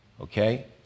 okay